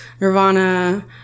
Nirvana